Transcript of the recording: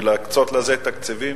ולהקצות לזה תקציבים.